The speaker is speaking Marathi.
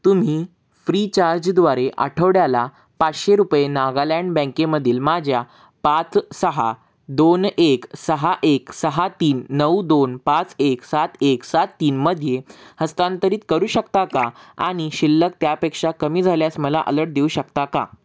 तुम्ही फ्रीचार्जद्वारे आठवड्याला पाचशे रुपये नागालँड बँकेमधील माझ्या पाच सहा दोन एक सहा एक सहा तीन नऊ दोन पाच एक सात एक सात तीनमध्ये हस्तांतरित करू शकता का आणि शिल्लक त्यापेक्षा कमी झाल्यास मला अलर्ट देऊ शकता का